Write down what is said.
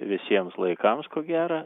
visiems laikams ko gera